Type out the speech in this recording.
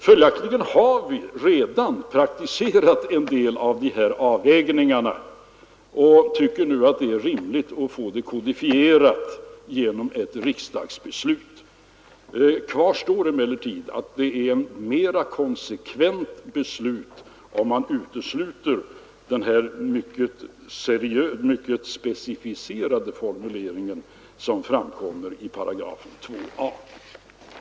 Följaktligen har vi redan praktiserat en del av de här avvägningarna och tycker nu att det är rimligt att få det kodifierat genom ett riksdagsbeslut. Kvar står emellertid att det är ett mera konsekvent beslut om man utesluter den mycket specificerade formulering som framkommer i 2 a §.